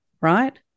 right